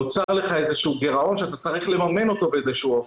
נוצר לך איזשהו גירעון שאתה צריך לממן אותו באיזשהו אופן.